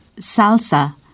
Salsa